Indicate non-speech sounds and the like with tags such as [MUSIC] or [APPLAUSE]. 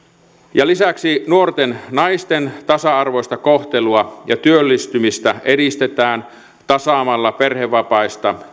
lisäksi nuorten naisten tasa arvoista kohtelua ja työllistymistä edistetään tasaamalla perhevapaista [UNINTELLIGIBLE]